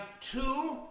two